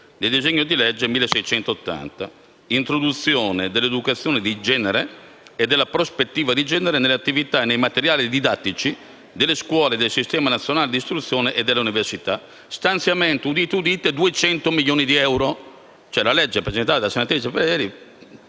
del disegno di legge n. 1680, "Introduzione dell'educazione di genere e della prospettiva di genere nelle attività e nei materiali didattici delle scuole del sistema nazionale di istruzione e nelle università", con uno stanziamento - udite, udite - di 200 milioni di euro.